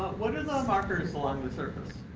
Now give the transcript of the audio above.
what are the markers along the surface?